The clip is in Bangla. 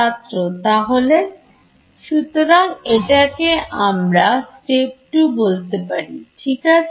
ছাত্র তাহলে সুতরাং এটাকে আমরা স্টেপ টু বলতে পারি ঠিক আছে